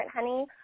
honey